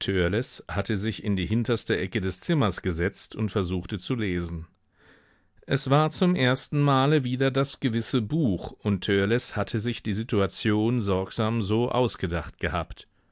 hatte sich in die hinterste ecke des zimmers gesetzt und versuchte zu lesen es war zum ersten male wieder das gewisse buch und törleß hatte sich die situation sorgsam so ausgedacht gehabt